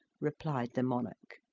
replied the monarch.